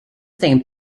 same